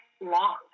long